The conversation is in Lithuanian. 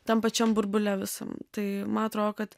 tam pačiam burbule visam tai man atrodo kad